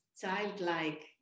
childlike